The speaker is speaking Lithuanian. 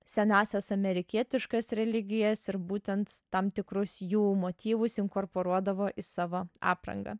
senąsias amerikietiškas religijas ir būtent tam tikrus jų motyvus inkorporuodavo į savo aprangą